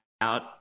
out